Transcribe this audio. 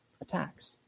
attacks